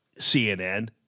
CNN